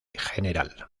general